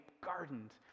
gardened